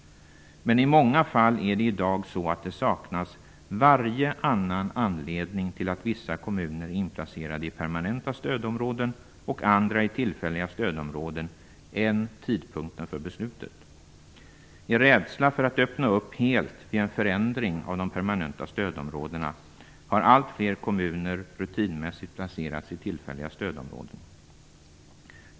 Men i många fall saknas i dag varje annan anledning till att vissa kommuner är inplacerade i permanenta stödområden och andra i tillfälliga stödområden än tidpunkten för beslutet. I rädsla för att helt öppna för en förändring av de permanenta stödområdena har alltfler kommuner rutinmässigt placerats i tillfälliga stödområden.